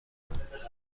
کنم